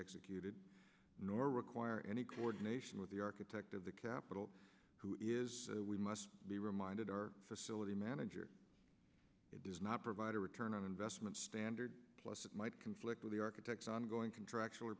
executed nor require any coordination with the architect of the capitol we must be reminded our facility manager does not provide a return on investment standard plus it might conflict with the architect's ongoing contractual